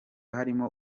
harimo